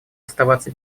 оставаться